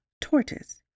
Tortoise